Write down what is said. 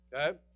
Okay